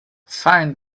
find